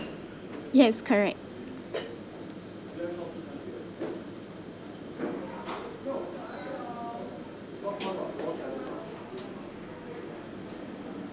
yes correct